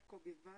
היה קובי וייס.